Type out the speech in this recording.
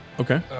Okay